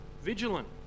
vigilant